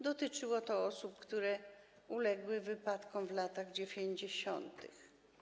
Dotyczyło to osób, które uległy wypadkom w latach 90.